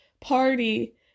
party